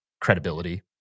credibility